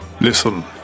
Listen